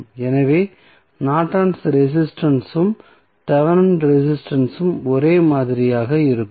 எனவே Norton's resistance உம் Nortons resistance Thevenin resistance உம் ஒரே மாதிரியாக இருக்கும்